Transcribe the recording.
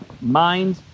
mind